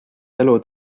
elu